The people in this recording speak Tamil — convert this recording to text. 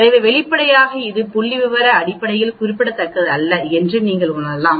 எனவே வெளிப்படையாக இது புள்ளிவிவர அடிப்படையில் குறிப்பிடத்தக்கதல்ல என்று நீங்கள் கூறலாம்